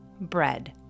Bread